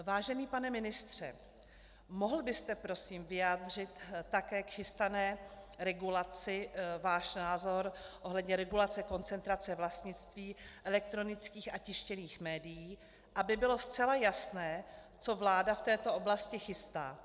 Vážený pane ministře, mohl byste prosím vyjádřit také k chystané regulaci svůj názor ohledně regulace koncentrace vlastnictví elektronických a tištěných médií, aby bylo zcela jasné, co vláda v této oblasti chystá?